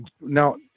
Now